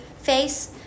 face